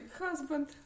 husband